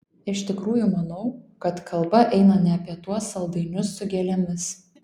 iš tikrųjų manau kad kalba eina ne apie tuos saldainius su gėlėmis